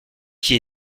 qui